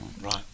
Right